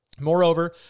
moreover